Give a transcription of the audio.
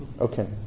Okay